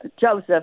Joseph